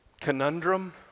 conundrum